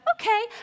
okay